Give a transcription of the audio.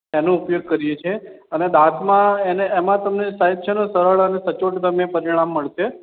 એનો ઉપયોગ કરીએ છીએ અને દાંતમાં એને એમાં તમને સાહેબ છે ને સરળ અને સચોટ તમને પરિણામ મળશે